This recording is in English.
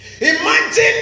Imagine